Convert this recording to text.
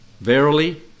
Verily